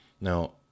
Now